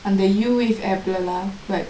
அநுத:andtha U wave app lah but